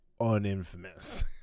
uninfamous